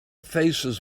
faces